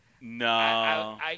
No